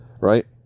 right